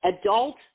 adult